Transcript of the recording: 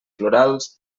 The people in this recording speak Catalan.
florals